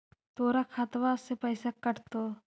तोर खतबा से पैसा कटतो?